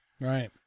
right